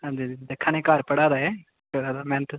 आं घर पढ़ा दा ऐ करा दा मैह्नत